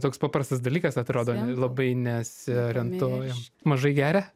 toks paprastas dalykas atrodo labai nesiorientuoju mažai geria